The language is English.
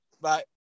Bye